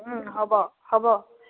হ'ব হ'ব